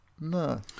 no